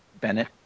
Bennett